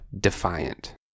defiant